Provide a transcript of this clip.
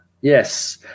yes